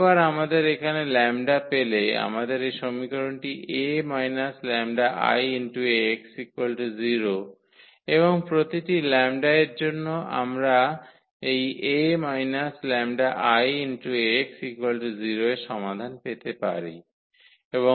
একবার আমাদের এখানে 𝜆 পেলে আমাদের এই সমীকরণটি 𝐴 𝜆𝐼 𝑥 0 এবং প্রতিটি 𝜆 এর জন্য আমরা এই 𝐴 − 𝜆𝐼𝑥 0 এর সমাধান পেতে পারি